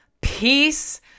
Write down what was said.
peace